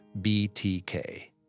BTK